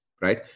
right